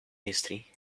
history